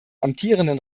amtierenden